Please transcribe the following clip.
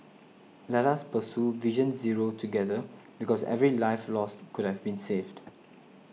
Let us pursue Vision Zero together because every life lost could have been saved